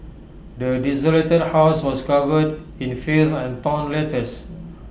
the desolated house was covered in filth and torn letters